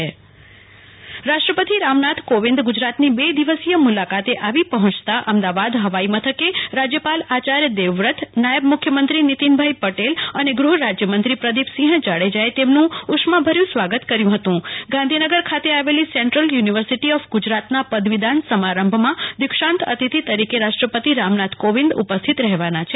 કલ્પના શાહ રાષ્ટ્રપતિ આગમન રાષ્ટ્રપતિ રામનાથ કોવિંદ ગુજરાતની બે દિવસીય મુલાકાતે આવી પર્હોયતા અમદાવાદ ફવાઈમથકે રાજ્યપાલ આચાર્ય દેવવ્રત નાયબ મુખ્યમંત્રી નીતિનભાઇ પટેલ અને ગૃહ રાજ્ય મંત્રી પ્રદીપસિંહ જાડેજાએ તેમનું ઉષ્માભર્યું સ્વાગત કર્યું હતું ગાંધીનગર ખાતે આવેલી સેંટ્રલ યુનિર્વર્સિટી ઓફ ગુજરાતના પદવીદાન સમારંભમાં દીક્ષાંત અતિથિ તરીકે રાષ્ટ્રપતિ રામનાથ કોવિંદ ઉપસ્થિત રહેવાના છે